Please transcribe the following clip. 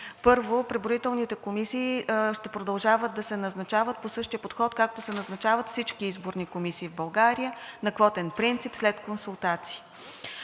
първо преброителните комисии ще продължават да се назначават по същия подход, както се назначават всички изборни комисии в България – на квотен принцип след консултации.